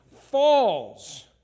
falls